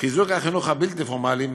חיזוק החינוך הבלתי-פורמלי,